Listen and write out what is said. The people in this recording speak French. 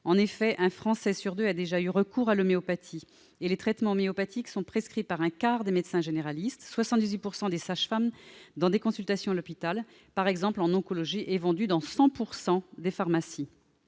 En effet, un Français sur deux a déjà eu recours à l'homéopathie et les traitements homéopathiques sont prescrits par un quart des médecins généralistes et par 78 % des sages-femmes, ou lors de consultations à l'hôpital, par exemple en oncologie. Ils sont disponibles dans